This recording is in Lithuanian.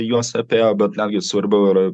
juos apėjo bet dargi svarbiau yra